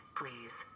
please